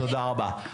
תודה רבה.